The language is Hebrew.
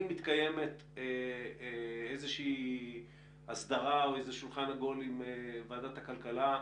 אם מתקיימת איזושהי הסדרה או שולחן עגול עם ועדת הכלכלה,